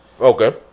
Okay